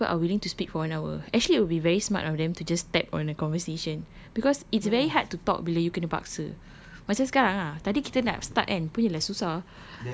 I think a lot people are willing to speak for one hour actually it will be very smart of them to just tap on a conversation because it's very hard to talk bila you kena paksa macam sekarang ah tadi kita nak start kan punya lah susah